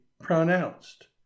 pronounced